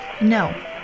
No